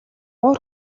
уур